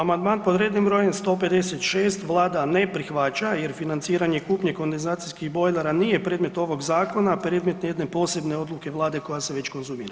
Amandman pod rednim brojem 156 Vlada ne prihvaća jer financiranje kupnje kondenzacijskih bojlera nije predmet ovog zakona, predmet jedne posebne odluke Vlade koja se već konzumira.